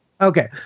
Okay